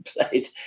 played